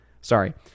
sorry